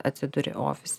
atsiduri ofise